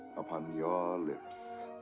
upon your lips.